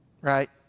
Right